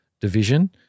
division